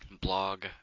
blog